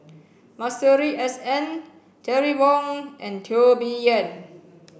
Masuri S N Terry Wong and Teo Bee Yen